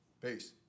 Peace